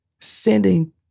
Sending